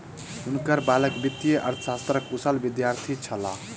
हुनकर बालक वित्तीय अर्थशास्त्रक कुशल विद्यार्थी छलाह